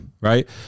right